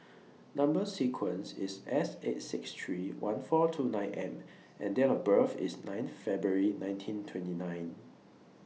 Number sequence IS S eight six three one four two nine M and Date of birth IS nine February nineteen twenty nine